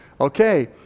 Okay